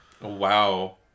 Wow